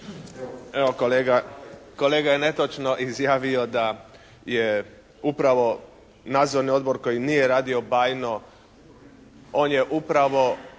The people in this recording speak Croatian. Evo, kolega je netočno izjavio da je upravo Nadzorni odbor koji nije radio bajno. On je upravo